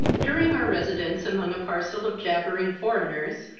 during our residence among a parcel of jabbering foreigners,